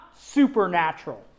supernatural